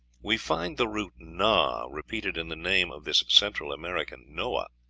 we find the root na repeated in the name of this central american noah,